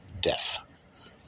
death